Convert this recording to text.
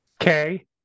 Okay